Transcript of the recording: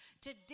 today